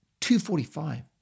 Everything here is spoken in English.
2.45